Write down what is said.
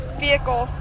vehicle